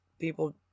people